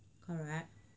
correct